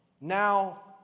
Now